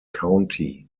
county